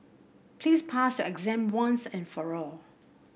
please pass your exam once and for all